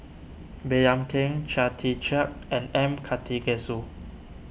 Baey Yam Keng Chia Tee Chiak and M Karthigesu